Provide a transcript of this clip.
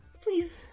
Please